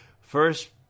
first